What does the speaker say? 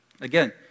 Again